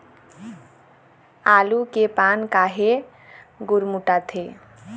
आलू के पान काहे गुरमुटाथे?